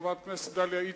חברת הכנסת דליה איציק,